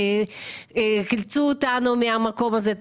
תחלצו אותנו מהמקום הזה,